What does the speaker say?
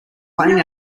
playing